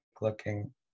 looking